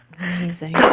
Amazing